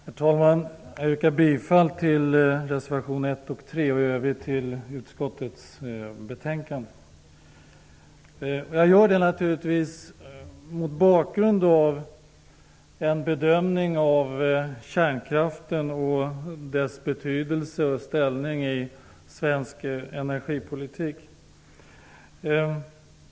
Herr talman! Jag yrkar bifall till reservationerna 1 och 3 och i övrigt till utskottets hemställan. Jag gör det naturligtvis mot bakgrund av en bedömning av kärnkraften och dess betydelse och ställning i svensk energipolitik.